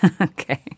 Okay